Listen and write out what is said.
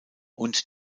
und